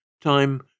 Time